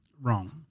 Wrong